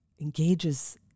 engages